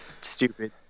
stupid